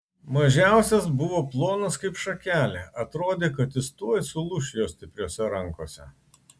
mažiausias buvo plonas kaip šakelė atrodė kad jis tuoj sulūš jo stipriose rankose